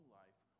life